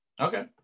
Okay